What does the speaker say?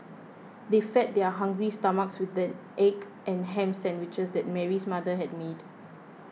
they fed their hungry stomachs with the egg and ham sandwiches that Mary's mother had made